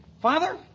Father